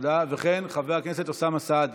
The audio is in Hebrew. וכן חבר הכנסת אוסמה סעדי